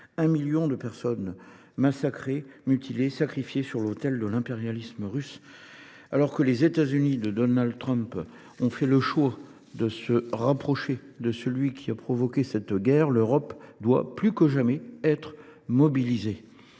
un million de personnes massacrées, mutilées, sacrifiées sur l’autel de l’impérialisme russe. Alors que les États Unis de Donald Trump ont fait le choix de se rapprocher de celui qui a provoqué cette guerre, l’Europe doit, plus que jamais, être mobilisée.